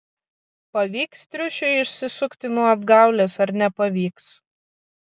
pavyks triušiui išsisukti nuo apgaulės ar nepavyks